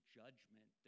judgment